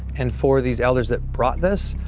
and for these elders that brought this,